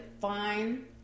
fine